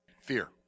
Fear